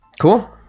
cool